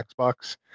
Xbox